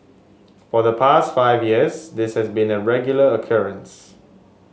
for the past five years this has been a regular occurrence